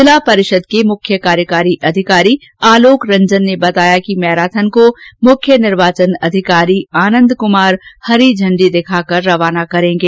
जिला परिषद के मुख्य कार्यकारी अधिकारी आलोक रंजन ने बताया कि मैराथन को मुख्य निर्वाचन अधिकारी आनन्द कुमार हरी झण्डी दिखाकर रवाना करेंगे